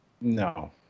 No